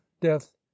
death